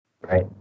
Right